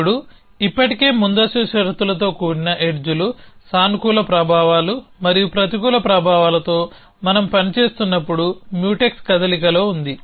ఇప్పుడు ఇప్పటికే ముందస్తు షరతులతో కూడిన ఎడ్జ్ లు సానుకూల ప్రభావాలు మరియు ప్రతికూల ప్రభావాలతో మనం పని చేస్తున్నప్పుడు Mutex కదలికలో ఉంది